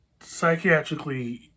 psychiatrically